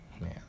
Man